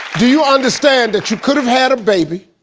do you understand that you could've had a baby,